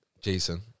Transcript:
Jason